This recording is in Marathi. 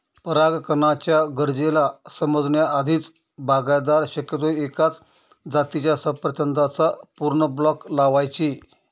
परागकणाच्या गरजेला समजण्या आधीच, बागायतदार शक्यतो एकाच जातीच्या सफरचंदाचा पूर्ण ब्लॉक लावायचे